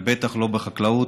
בטח לא בחקלאות,